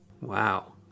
Wow